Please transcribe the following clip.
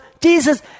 Jesus